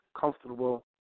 comfortable